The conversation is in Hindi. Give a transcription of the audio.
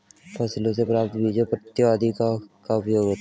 फसलों से प्राप्त बीजों पत्तियों आदि का क्या उपयोग होता है?